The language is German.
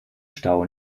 stau